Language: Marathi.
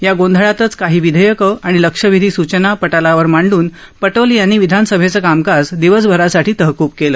या गोंधळातच काही विधेयकं आणि लक्षवेधी सूचना पटलावर मांडून पटोले यांनी विधानसभेचं कामकाज दिवसभरासाठी तहकुब केलं